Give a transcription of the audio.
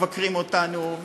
ומבקרים אותנו,